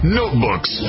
notebooks